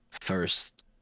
first